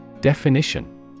Definition